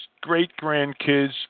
great-grandkids